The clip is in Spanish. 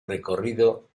recorrido